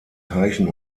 teichen